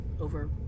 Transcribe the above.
over